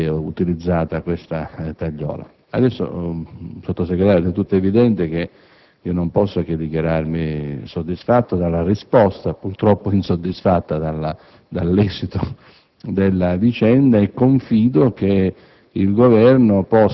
dicembre, fino a quando, con la legge finanziaria, si è utilizzata questa tagliola. Adesso, signor Sottosegretario, è del tutto evidente che non posso che dichiararmi soddisfatto della risposta e, purtroppo, insoddisfatto dall'esito